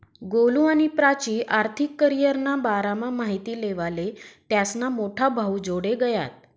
गोलु आणि प्राची आर्थिक करीयरना बारामा माहिती लेवाले त्यास्ना मोठा भाऊजोडे गयात